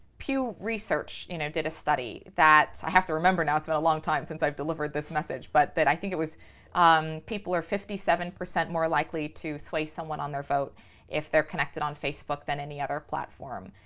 pew research you know did a study that i have to remember now, it's been a long time since i've delivered this message but that i think it was um people are fifty seven percent more likely to sway someone on their vote if they're connected on facebook than any other platform.